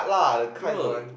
bro